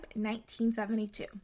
1972